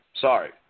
sorry